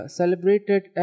celebrated